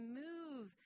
move